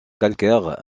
calcaires